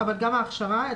גם ההכשרה?